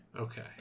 Okay